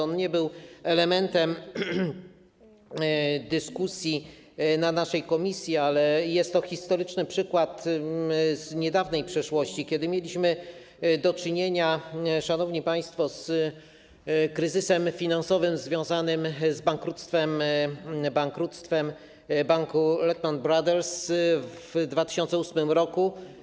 On nie był elementem dyskusji na posiedzeniu naszej komisji, ale jest to historyczny przykład z niedawnej przeszłości, kiedy mieliśmy do czynienia, szanowni państwo, z kryzysem finansowym związanym z bankructwem banku Lehman Brothers w 2008 r.